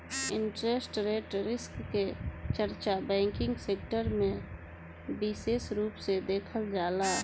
interest rate risk के चर्चा banking sector में बिसेस रूप से देखल जाला